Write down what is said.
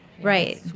Right